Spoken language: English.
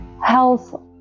health